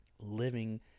living